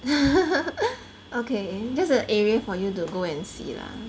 okay just a area for you to go and see lah